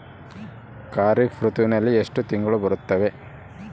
ಖಾರೇಫ್ ಋತುವಿನಲ್ಲಿ ಎಷ್ಟು ತಿಂಗಳು ಬರುತ್ತವೆ?